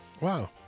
Wow